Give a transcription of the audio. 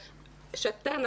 צרכים,